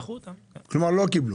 דחו אותם, כלומר הם לא קיבלו.